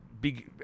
big